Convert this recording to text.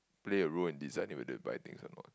play a role in deciding whether to buy things or not